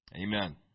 Amen